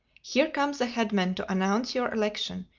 here come the head men to announce your election.